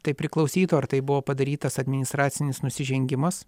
tai priklausytų ar tai buvo padarytas administracinis nusižengimas